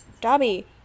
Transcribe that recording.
Dobby